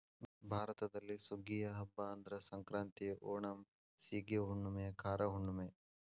ಭಾರತದಲ್ಲಿ ಸುಗ್ಗಿಯ ಹಬ್ಬಾ ಅಂದ್ರ ಸಂಕ್ರಾಂತಿ, ಓಣಂ, ಸೇಗಿ ಹುಣ್ಣುಮೆ, ಕಾರ ಹುಣ್ಣುಮೆ